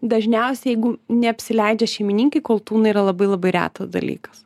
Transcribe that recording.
dažniausiai jeigu neapsileidžia šeimininkai koltūnai yra labai labai retas dalykas